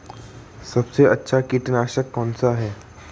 सबसे अच्छा कीटनाशक कौनसा है?